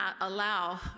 allow